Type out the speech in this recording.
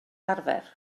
arfer